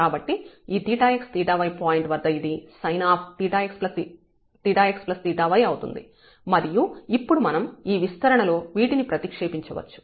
కాబట్టి ఈ 𝜃x 𝜃y point వద్ద ఇది sin𝜃x𝜃y అవుతుంది మరియు ఇప్పుడు మనం ఈ విస్తరణ లో వీటిని ప్రతిక్షేపించవచ్చు